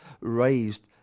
raised